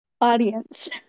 audience